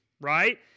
right